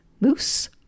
Moose